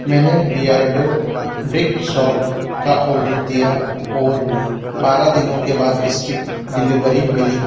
मैंने Beardo brick soap का order दिया और बारह दिनों के बाद इसकी डिलेवरी मिली